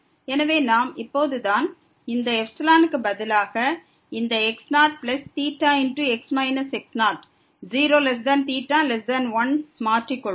எனவே நாம் இப்போது இந்த ξ க்கு பதிலாக இந்த x0θx x0 0θ1ஐ மாற்றி கொள்வோம்